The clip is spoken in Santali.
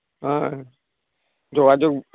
ᱦᱮᱸ ᱡᱳᱜᱟᱡᱳᱜᱽ